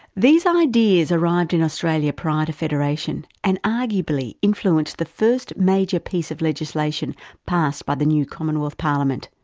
these um ideas arrived in australia prior to federation, and arguably influenced the first major piece of legislation passed by the new commonwealth parliament.